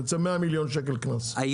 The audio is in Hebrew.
אני רוצה 100 מיליון שקל קנס,